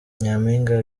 nyampinga